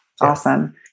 Awesome